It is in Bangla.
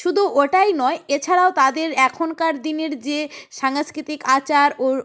শুধু ওটাই নয় এছাড়াও তাদের এখনকার দিনের যে সাংস্কৃতিক আচার ও